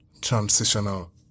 transitional